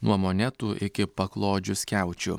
nuo monetų iki paklodžių skiaučių